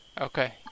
Okay